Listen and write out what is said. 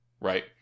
right